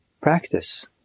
practice